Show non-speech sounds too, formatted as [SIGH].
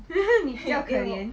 [LAUGHS] 你酱可怜